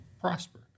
prosper